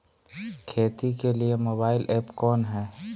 खेती के लिए मोबाइल ऐप कौन है?